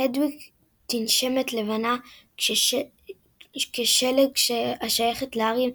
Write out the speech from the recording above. הדוויג – תנשמת לבנה כשלג השייכת להארי,